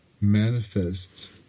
manifest